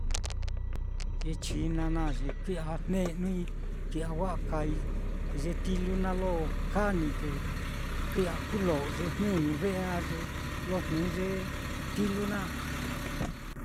ye china naá xi kui'ya jne'nui, kui'ya wa'a kāāi te ye tilu naá lo kāā nii te kui'ya kulo'o ye jniñi ve'e á lo jni ye tilu naá.